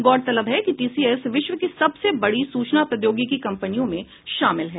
गौरतलब है कि टीसीएस विश्व की सबसे बड़ी सूचना प्रौद्योगिकी कंपनियों में शामिल है